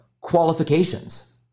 qualifications